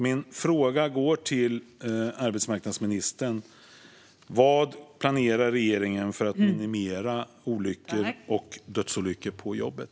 Min fråga till arbetsmarknadsministern är: Vad planerar regeringen att göra för att minimera olyckor och dödsolyckor på jobbet?